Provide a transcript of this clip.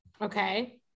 Okay